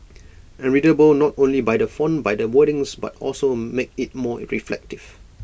and readable not only by the font by the wordings but also make IT more reflective